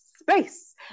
space